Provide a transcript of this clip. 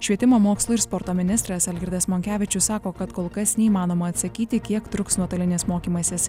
švietimo mokslo ir sporto ministras algirdas monkevičius sako kad kol kas neįmanoma atsakyti kiek truks nuotolinis mokymasis